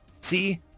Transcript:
See